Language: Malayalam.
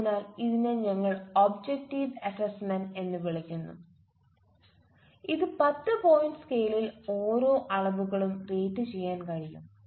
അതിനാൽ ഇതിനെ ഞങ്ങൾ ഒബ്ജക്റ്റീവ് അസസ്മെന്റ് bഎന്ന് വിളിക്കുന്നു ഇത് പത്ത് പോയിന്റ് സ്കെയിലിൽ ഓരോ അളവുകളും റേറ്റുചെയ്യാൻ കഴിയും